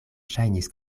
ŝajnis